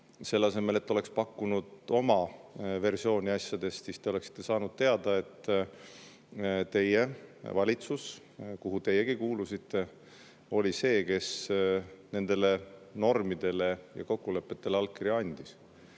selle asemel, et te oleks pakkunud oma versiooni asjadest, siis te oleksite saanud teada, et teie valitsus, kuhu teiegi kuulusite, oli see, kes nendele normidele ja kokkulepetel allkirja andis.